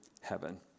heaven